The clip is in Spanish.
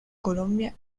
colombia